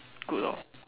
good lor